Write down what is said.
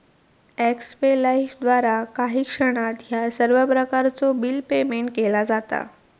एक्स्पे लाइफद्वारा काही क्षणात ह्या सर्व प्रकारचो बिल पेयमेन्ट केला जाता